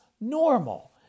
normal